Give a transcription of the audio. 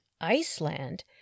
Iceland